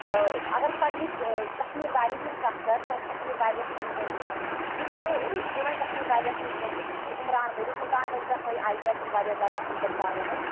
ٲں اَگر بہٕ پَننِس ٲں کَشمیٖر ویلی ہنٛز کَتھ کرٕ سٲنِس کَشمیٖر ویلِیَس منٛز یُس زَن چھُ سُہ چھُ ٲں جموں اینٛڈ کَشمیٖر ویلِیَس منٛز یُس زَن چھُ سُہ چھُ عُمران مٔلِک عُمران مٔلکَن ہٲی آی پی ایٚلَس منٛز واریاہ زیادٕ اصٕل پٔرفارمیٚنٕس